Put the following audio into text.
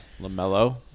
LaMelo